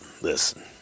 listen